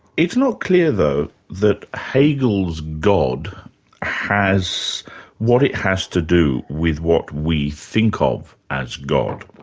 it's not clear, though, that hegel's god has what it has to do with what we think ah of as god